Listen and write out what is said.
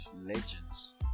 legends